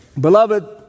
Beloved